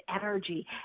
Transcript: energy